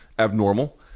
abnormal